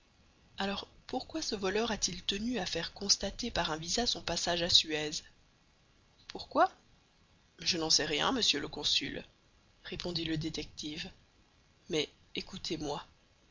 alors pourquoi ce voleur a-t-il tenu à faire constater par un visa son passage à suez pourquoi je n'en sais rien monsieur le consul répondit le détective mais écoutez-moi